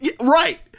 Right